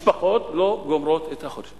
משפחות לא גומרות את החודש.